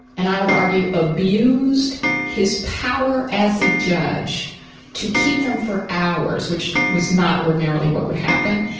and i would argue, abused his power as a judge to keep them for hours, which was not ordinarily what would happen,